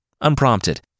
unprompted